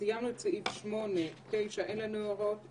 אנחנו עושים הפסקה של חמש דקות, נתכנס ב-17:25.